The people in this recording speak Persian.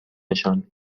شمال